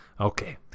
Okay